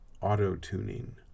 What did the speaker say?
auto-tuning